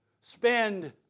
spend